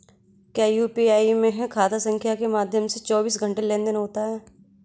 क्या यू.पी.आई में खाता संख्या के माध्यम से चौबीस घंटे लेनदन होता है?